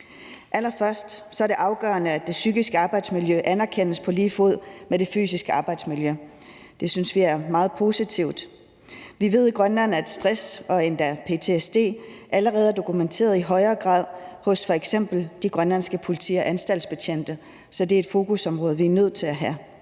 Allerførst er det afgørende, at det psykiske arbejdsmiljø anerkendes på lige fod med det fysiske arbejdsmiljø. Det synes vi er meget positivt. Vi ved i Grønland, at stress og endda ptsd allerede er dokumenteret i højere grad hos f.eks. de grønlandske politi- og anstaltsbetjente, så det er et fokusområde, vi er nødt til at have.